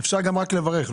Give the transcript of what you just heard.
אפשר גם רק לברך.